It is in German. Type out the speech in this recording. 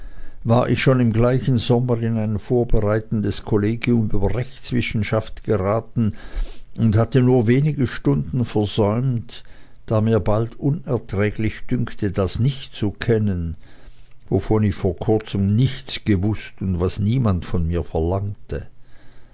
war ich schon im gleichen sommer in ein vorbereitendes kollegium über rechtswissenschaft geraten und hatte nur wenige stunden versäumt da mir bald unerträglich dünkte das nicht zu kennen wovon ich vor kurzem nichts gewußt und was niemand von mir verlangte